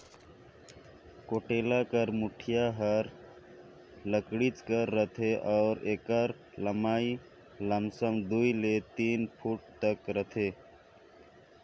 कुटेला कर मुठिया हर लकरिच कर रहथे अउ एकर लम्मई लमसम दुई ले तीन फुट तक रहथे